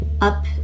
up